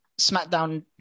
SmackDown